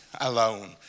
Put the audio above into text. alone